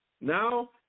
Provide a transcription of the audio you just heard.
Now